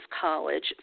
college